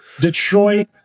Detroit